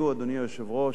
אדוני היושב-ראש,